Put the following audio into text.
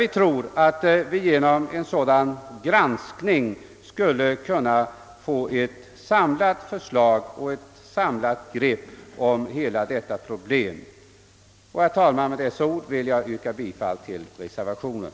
Vad vi åstundar är att få ett samlat grepp på dessa problem. Herr talman! Med dessa ord ber jag att få yrka bifall till reservationen.